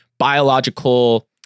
biological